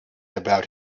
about